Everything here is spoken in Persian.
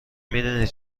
میدونی